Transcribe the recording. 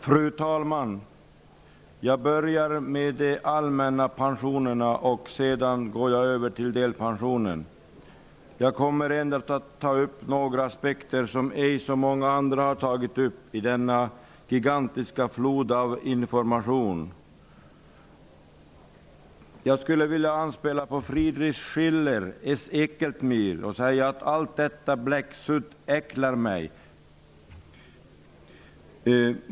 Fru talman! Jag börjar med att tala om de allmänna pensionerna och går sedan över till delpensionen. Jag kommer endast att ta upp några aspekter som inte så många andra har tagit upp i denna gigantiska flod av information. Jag skulle vilja anspela på vad Friedrich von Schiller sagt, ''es äckelt mir'', och säga att allt detta bläcksudd äcklar mig.